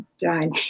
done